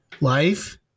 life